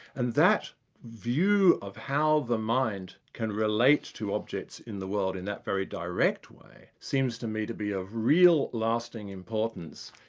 and that view of how the mind can relate to objects in the world in that very direct way, seems to me to be of real lasting importance,